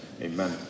Amen